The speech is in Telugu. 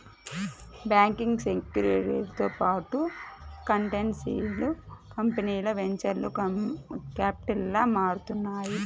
బ్యాంకింగ్, సెక్యూరిటీలతో పాటు కన్సల్టెన్సీ కంపెనీలు వెంచర్ క్యాపిటల్గా మారుతున్నాయి